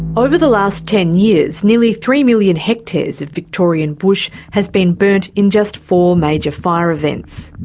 over the last ten years nearly three million hectares of victorian bush has been burnt in just four major fire events.